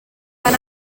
van